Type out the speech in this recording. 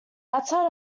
outside